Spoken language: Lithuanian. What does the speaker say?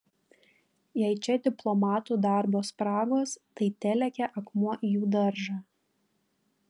jei čia diplomatų darbo spragos tai telekia akmuo į jų daržą